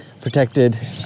protected